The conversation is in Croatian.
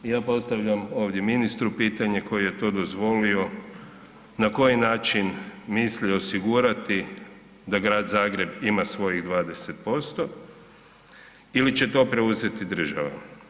I ja postavljam ovdje ministru pitanje koji je to dozvolio, na koji način misli osigurati da Grad Zagreb ima svojih 20% ili će to preuzeti država.